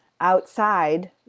outside